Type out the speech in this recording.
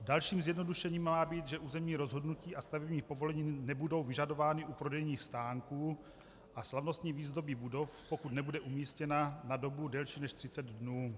Dalším zjednodušením má být, že územní rozhodnutí a stavební povolení nebudou vyžadována u prodejních stánků a slavnostní výzdoby budov, pokud nebude umístěna na dobu delší než 30 dnů.